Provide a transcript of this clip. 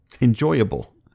enjoyable